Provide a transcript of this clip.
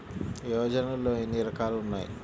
యోజనలో ఏన్ని రకాలు ఉన్నాయి?